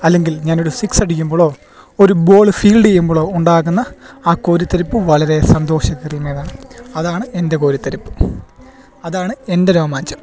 അല്ലെങ്കിൽ ഞാനൊരു സിക്സടിക്കുമ്പോളോ ഒരു ബോൾ ഫീൽഡീയുമ്പോളോ ഉണ്ടാകുന്ന ആ കോരിത്തരിപ്പ് വളരെ സന്തോഷം തരുന്നെതാണ് അതാണ് എൻ്റെ കോരിത്തരിപ്പ് അതാണ് എൻ്റെ രോമാഞ്ചം